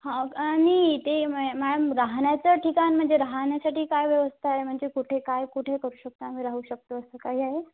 हा आणि ते मॅम राहण्याचं ठिकाण म्हणजे राहण्यासाठी काय व्यवस्था आहे म्हणजे कुठे काय कुठे करू शकतो आम्ही राहू शकतो असं काही आहे